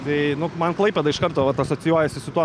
bei nu man klaipėda iš karto vat asocijuojasi su tuo